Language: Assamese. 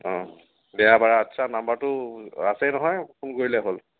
দিয়া বাৰু আচ্ছা নাম্বাৰটো আছেই নহয় ফোন কৰিলেই হ'ল